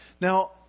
Now